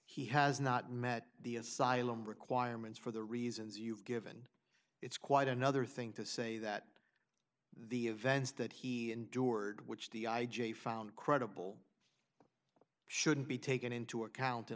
he has not met the asylum requirements for the reasons you've given it's quite another thing to say that the events that he endured which the i j a found credible shouldn't be taken into account